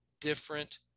different